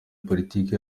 politiki